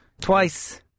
twice